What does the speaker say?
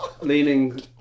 leaning